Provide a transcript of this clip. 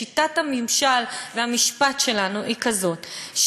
שיטת הממשל והמשפט שלנו היא כזאת,